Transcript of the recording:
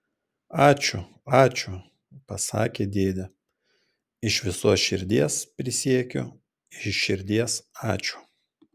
ačiū ačiū pasakė dėdė iš visos širdies prisiekiu iš širdies ačiū